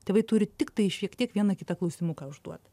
tėvai turi tiktai šiek tiek vieną kitą klausimuką užduot